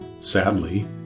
Sadly